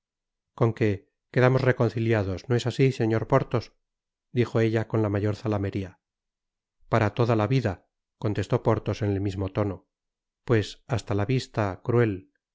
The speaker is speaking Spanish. con qué quedamos reconciliados no es asi señor porthos dijo ella con la mayor zalameria para toda la vida contestó porthos en el mismo tono pues hasta la vista cruel